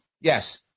Yes